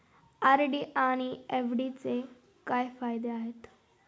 RD आणि एफ.डीचे काय फायदे आहेत?